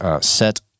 set